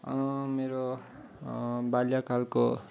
मेरो बाल्यकालको